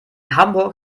hamburg